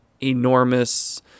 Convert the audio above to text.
enormous